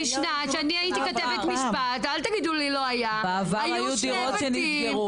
כשאני הייתי כתבת משפט אל תגידו לי לא היה היו שני בתים.